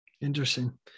Interesting